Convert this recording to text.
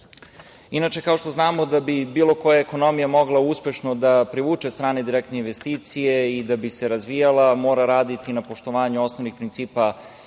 kao što znamo, da bi bilo koja ekonomija mogla uspešno da privuče strane direktne investicije i da bi se razvijala, mora raditi na poštovanju osnovnih principa